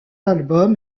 album